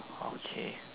okay